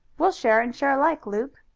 we'll share and share alike, luke.